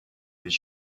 this